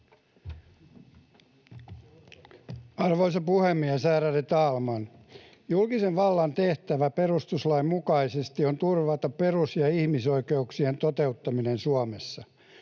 Arvoisa puhemies, ärade talman! Julkisen vallan tehtävä perustuslain mukaisesti on turvata perus‑ ja ihmisoikeuksien toteuttaminen Suomessa.